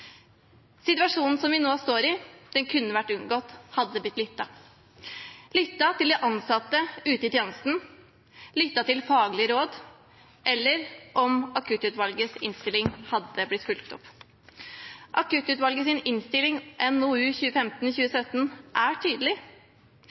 Situasjonen vi nå står i, kunne vært unngått om det hadde blitt lyttet – lyttet til de ansatte ute i tjenesten, lyttet til faglige råd – eller om Akuttutvalgets innstilling hadde blitt fulgt opp. Akuttutvalgets innstilling, NOU 2015: